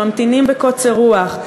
שממתינים בקוצר רוח,